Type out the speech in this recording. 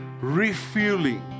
refueling